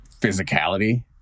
physicality